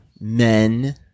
men